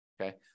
okay